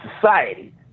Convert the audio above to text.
society